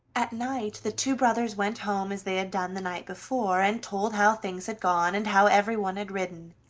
at night the two brothers went home as they had done the night before, and told how things had gone, and how everyone had ridden,